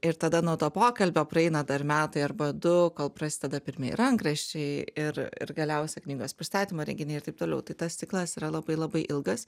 ir tada nuo to pokalbio praeina dar metai arba du kol prasideda pirmieji rankraščiai ir ir galiausiai knygos pristatymo renginiai ir taip toliau tai tas ciklas yra labai labai ilgas